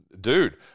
dude